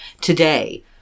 Today